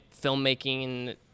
filmmaking